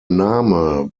name